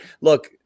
Look